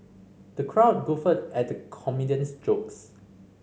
the crowd guffawed at the comedian's jokes